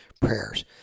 prayers